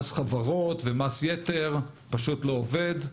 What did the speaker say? מס חברות ומס יתר פשוט לא עובד.